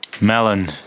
Melon